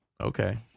Okay